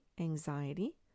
anxiety